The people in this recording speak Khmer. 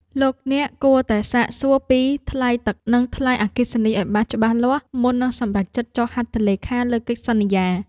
លោកអ្នកគួរតែសាកសួរពីថ្លៃទឹកនិងថ្លៃអគ្គិសនីឱ្យបានច្បាស់លាស់មុននឹងសម្រេចចិត្តចុះហត្ថលេខាលើកិច្ចសន្យា។